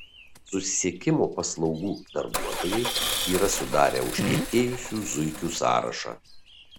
susisiekimo paslaugų darbuotojai yra sudarę užkietėjusių zuikių sąrašą